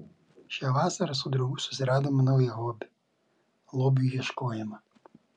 šią vasarą su draugu susiradome naują hobį lobių ieškojimą